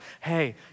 hey